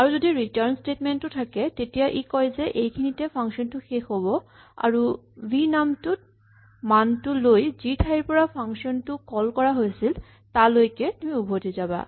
আৰু যদি return statement টো থাকে তেতিয়া ই কয় যে এইখিনিতে ফাংচন টো শেষ হ'ব আৰু ভি নামটোত মানটো লৈ যি ঠাইৰ পৰা ফাংচন টো কল কৰা হৈছিল তালৈকে তুমি উভতি যাবা